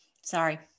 Sorry